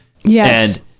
Yes